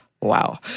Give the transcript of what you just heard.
Wow